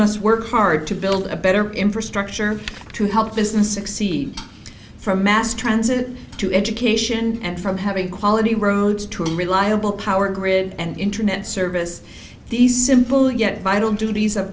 must work hard to build a better infrastructure to help business exceed from mass transit to education and from having quality roads to a reliable power grid and internet service these simple yet vital duties of